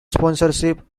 sponsorship